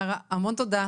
יארה, המון תודה.